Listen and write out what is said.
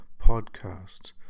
podcast